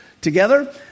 together